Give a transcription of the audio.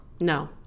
No